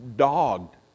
Dogged